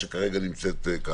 ופה אנחנו מציעים להוריד את הסיפה.